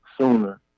sooner